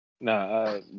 No